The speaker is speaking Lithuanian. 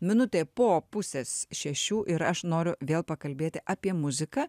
minutė po pusės šešių ir aš noriu vėl pakalbėti apie muziką